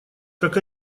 как